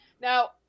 Now